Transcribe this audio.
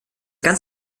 ganz